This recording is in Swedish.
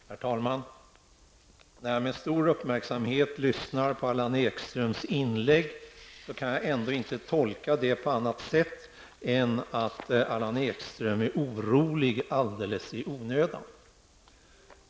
Herr talman! När jag med stor uppmärksamhet lyssnar på Allan Ekströms inlägg kan jag inte tolka det på annat sätt än att han är orolig alldeles i onödan.